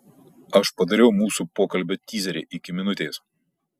aš padariau mūsų pokalbio tyzerį iki minutės